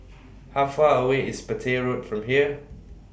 How Far away IS Petir Road from here